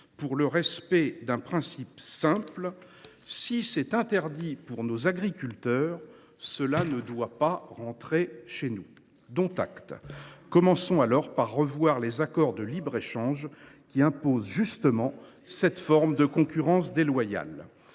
pour le respect d’un principe simple : si c’est interdit pour nos agriculteurs, ça ne doit pas rentrer chez nous ». Dont acte ! Commençons par revoir les accords de libre échange qui imposent précisément une telle forme de concurrence déloyale.